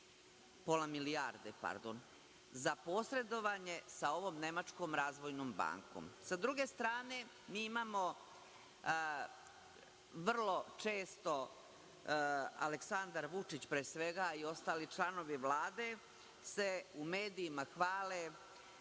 470 hiljada evra za posredovanje sa ovom Nemačkom razvojnom bankom. Sa druge strane, vrlo često se Aleksandar Vučić pre svega, a i ostali članovi Vlade, u medijima hvali